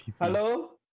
Hello